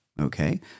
Okay